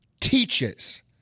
teaches